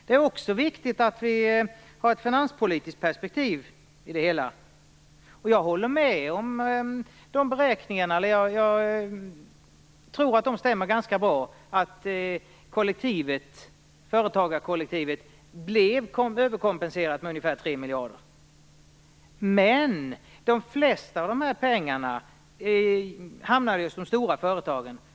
Det är också viktigt att vi har ett finanspolitiskt perspektiv i det hela. Jag håller med om dessa beräkningar. Jag tror att det stämmer ganska bra att företagarkollektivet blev överkompenserat med ungefär 3 miljarder, men det mesta av de här pengarna hamnade ju hos de stora företagen.